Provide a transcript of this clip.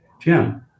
jim